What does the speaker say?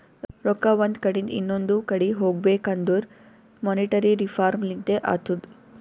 ರೊಕ್ಕಾ ಒಂದ್ ಕಡಿಂದ್ ಇನೊಂದು ಕಡಿ ಹೋಗ್ಬೇಕಂದುರ್ ಮೋನಿಟರಿ ರಿಫಾರ್ಮ್ ಲಿಂತೆ ಅತ್ತುದ್